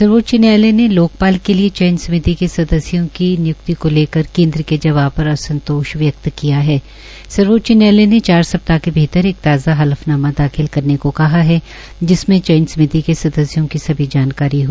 सर्वोच्च न्यायालय ने लोकपाल के लिए चयन समिति के सदस्यों की नियुक्ति को केन्द्र के जवाब पर अंसतोष व्यक्त किया है सर्वोच्च न्यायालय ने चार सप्ताह के भीतर एक ताज़ा हल्फनामा दाखिल करने को कहा है जिसमें चयन समिति के सदस्यों की सभी जानकारी हो